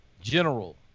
general